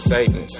Satan